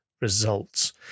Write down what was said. results